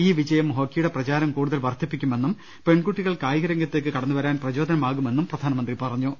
ഈ വിജയം ഹോക്കിയുടെ പ്രചാരം കൂടുതൽ വർദ്ധിപ്പിക്കു മെന്നും പെൺകുട്ടികൾ കായിക രംഗത്തേക്ക് കടന്നുവരാൻ പ്രചോദനമാകുമെന്നും പ്രധാനമന്ത്രി പറഞ്ഞു